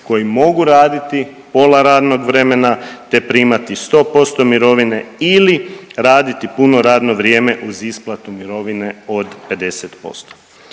koji mogu raditi pola radnog vremena te primati 100% mirovine ili raditi puno radno vrijeme uz isplatu mirovine od 50%.